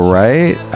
right